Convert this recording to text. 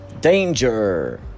Danger